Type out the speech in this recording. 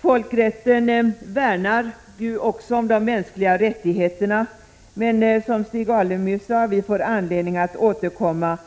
Folkrätten värnar också om de mänskliga rättigheterna, men, som Stig Alemyr sade, vi får anledning att återkomma